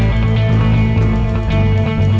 and